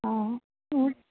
हा